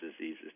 diseases